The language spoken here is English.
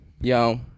Yo